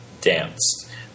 danced